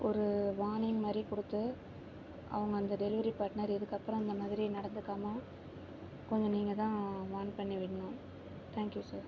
ஒரு வார்னிங் மாதிரி கொடுத்து அவங்க அந்த டெலிவரி பாட்னர் இதுக்கு அப்புறம் இந்த மாதிரி நடந்துக்காமல் கொஞ்சம் நீங்கள் தான் வார்ன் பண்ணி விடணும் தேங்க்யூ சார்